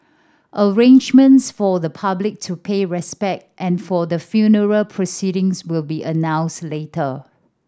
arrangements for the public to pay respect and for the funeral proceedings will be announced later